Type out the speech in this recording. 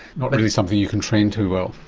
not really something you can train too well.